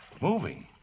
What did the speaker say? Moving